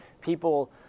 people